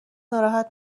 ناراحت